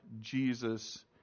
Jesus